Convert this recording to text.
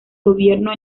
gobierno